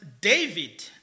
David